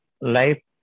life